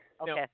Okay